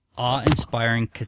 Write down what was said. Awe-inspiring